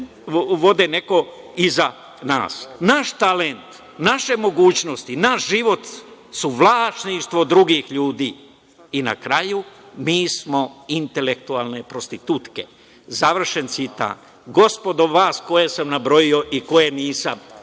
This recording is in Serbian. vodi neko iza nas. Naš talent, naše mogućnosti, naš život su vlasništvo drugih ljudi. Na kraju, mi smo intelektualne prostitutke, završen citat. Gospodo, vas koje sam nabrojio i koje nisam,